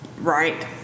Right